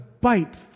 bite